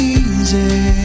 easy